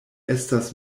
estas